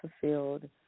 fulfilled